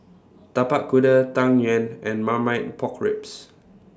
Tapak Kuda Tang Yuen and Marmite Pork Ribs